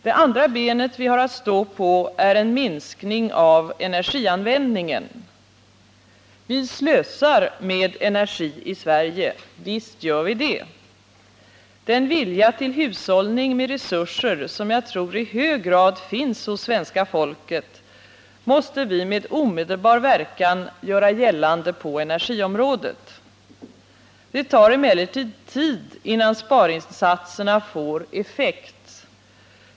Det andra benet vi har att stå på är en minskning av energianvändningen. Vi slösar med energi i Sverige — visst gör vi det. Den vilja till hushållning med resurser som jag tror i hög grad finns hos svenska folket måste vi med omedelbar verkan göra gällande på energiområdet. Det tar emellertid tid innan sparinsatserna får effekt.